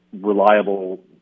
reliable